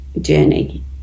journey